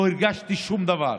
לא הרגשתי שום דבר.